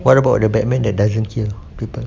what about the batman that doesn't kill people